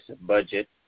budget